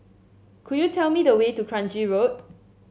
could you tell me the way to Kranji Road